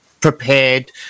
prepared